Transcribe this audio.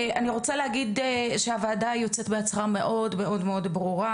אני רוצה להגיד שהוועדה יוצרת בהצהרה מאוד מאוד ברורה,